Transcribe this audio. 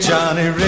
Johnny